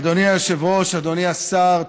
אדוני היושב-ראש, אדוני השר.